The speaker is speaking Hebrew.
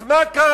אז מה קרה?